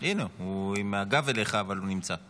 הינה הוא, הוא עם הגב אליך, אבל הוא נמצא פה.